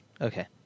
Okay